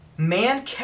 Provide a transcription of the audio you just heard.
Man